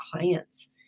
clients